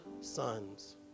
sons